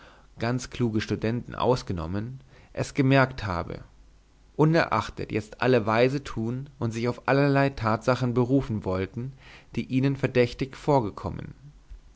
ganz kluge studenten ausgenommen es gemerkt habe unerachtet jetzt alle weise tun und sich auf allerlei tatsachen berufen wollten die ihnen verdächtig vorgekommen